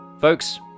Folks